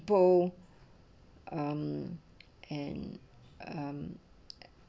po um and um